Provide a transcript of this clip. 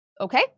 okay